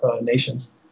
nations